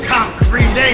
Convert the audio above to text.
Concrete